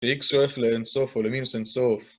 איקס שואף לאינסוף או למינוס אינסוף